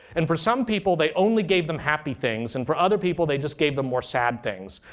and for some people they only gave them happy things, and for other people they just gave them more sad things.